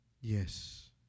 Yes